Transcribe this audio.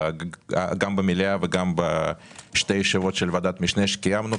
גם במליאה וגם בשתי הישיבות שקיימנו של ועדת המשנה.